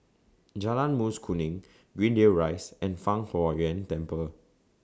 Jalan Mas Kuning Greendale Rise and Fang Huo Yuan Temple